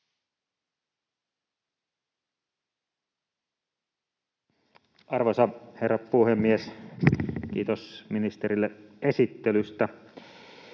Arvoisa herra puhemies! Kiitos ministerille esittelystä.